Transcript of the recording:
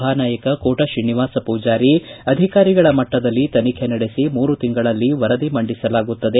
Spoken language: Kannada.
ಇದಕ್ಕೆ ಉತ್ತರಿಸಿದ ಸಭಾನಾಯಕ ಕೋಟಾ ಶ್ರೀನಿವಾಸ ಪೂಜಾರಿ ಅಧಿಕಾರಿಗಳ ಮಟ್ಟದಲ್ಲಿ ತನಿಖೆ ನಡೆಸಿ ಮೂರು ತಿಂಗಳಲ್ಲಿ ವರದಿ ಮಂಡಿಸಲಾಗುತ್ತದೆ